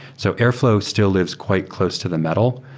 so airflow still lives quite close to the metal,